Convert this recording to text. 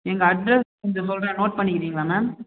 எங்கள் அட்ரஸ் கொஞ்சம் சொல்கிறேன் நோட் பண்ணிக்குறீங்களா மேம்